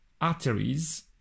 arteries